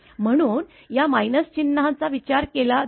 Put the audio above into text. म्हणूनच या मायनस चिन्हाचा विचार केला जातो